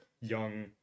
young